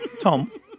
Tom